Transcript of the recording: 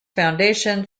foundation